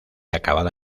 acabada